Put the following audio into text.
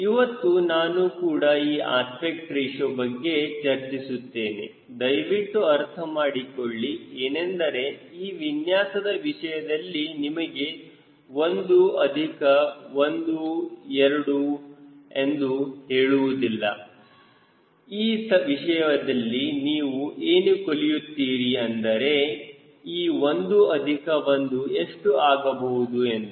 ಇವತ್ತು ನಾನು ಕೂಡ ಈ ಅಸ್ಪೆಕ್ಟ್ ರೇಶಿಯೋ ಬಗ್ಗೆ ಚರ್ಚಿಸುತ್ತೇನೆ ದಯವಿಟ್ಟು ಅರ್ಥ ಮಾಡಿಕೊಳ್ಳಿ ಏನೆಂದರೆ ಈ ವಿನ್ಯಾಸದ ವಿಷಯದಲ್ಲಿ ನಿಮಗೆ 1 ಅಧಿಕ 1 2 ಎಂದು ಹೇಳುವುದಿಲ್ಲ ಈ ವಿಷಯದಲ್ಲಿ ನೀವು ಏನು ಕಲಿಯುತ್ತೀರಿ ಅಂದರೆ ಈ 1 ಅಧಿಕ 1 ಎಷ್ಟು ಆಗಬಹುದು ಎಂದು